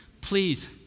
Please